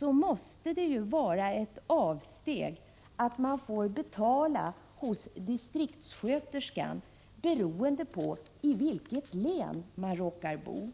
måste det vara ett avsteg att man får betala hos distriktssjuksköterskan beroende på i vilket län man råkar bo.